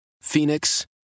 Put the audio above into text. Phoenix